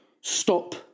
stop